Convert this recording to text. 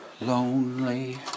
lonely